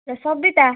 ଏ Sabita